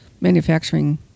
manufacturing